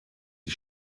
die